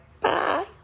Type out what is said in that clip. Bye